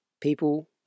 people